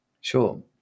Sure